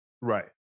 Right